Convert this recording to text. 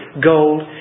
gold